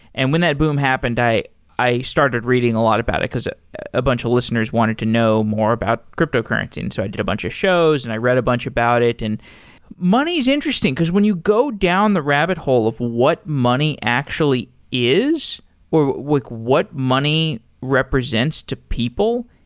and when that boom happened, i i started reading a lot about it, because a bunch of listeners wanted to know more about cryptocurrency. so i did a bunch of shows and i read a bunch about it. and money is interesting, because when you go down the rabbit hole of what money actually is or what money represents to people,